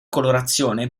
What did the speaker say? colorazione